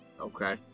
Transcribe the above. Okay